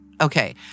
Okay